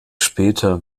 später